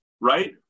right